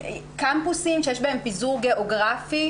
קמפוסים שיש בהם פיזור גיאוגרפי,